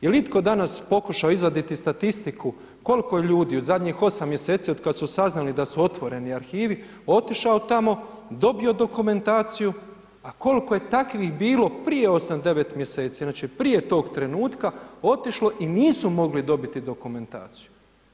Jel' itko danas pokušao izvaditi statistiku koliko je ljudi u zadnjih 8 mjeseci od kada su saznali da su otvoreni arhivi otišao tamo, dobio dokumentaciju, a koliko je takvih bilo prije 8, 9 mjeseci, znači prije tog trenutka otišlo i nisu mogli dobiti dokumentaciju?